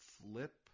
flip